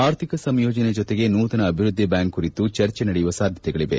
ಆರ್ಥಿಕ ಸಂಯೋಜನೆ ಜೊತೆಗೆ ನೂತನ ಅಭಿವೃದ್ಧಿ ಬ್ಯಾಂಕ್ ಕುರಿತು ಚರ್ಚೆ ನಡೆಯುವ ಸಾಧ್ಯತೆಗಳವೆ